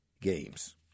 games